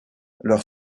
leur